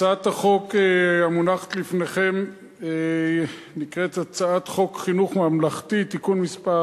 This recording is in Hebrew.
הצעת החוק המונחת לפניכם נקראת הצעת חוק חינוך ממלכתי (תיקון מס'